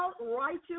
righteous